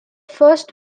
first